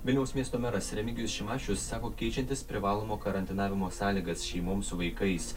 vilniaus miesto meras remigijus šimašius sako keičiantis privalomo karantinavimo sąlygas šeimoms su vaikais